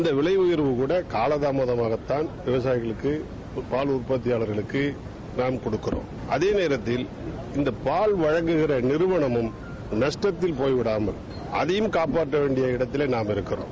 இந்த விலை உயர்வு கூட காலத்தாமதமாகத்தான் விவசாயிகளுக்கு பால் உற்பத்தியாளர்களுக்கு நாம் கொடுக்கிறோம் அதே நோத்தில் இந்த பால் வழங்குகின்ற நிறவனமும் நஷ்டத்தில் போய் விடாமல் அதையும் காப்டாற்ற வேண்டிய இடத்தில் நாம் இருக்கிறோம்